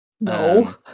No